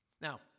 Now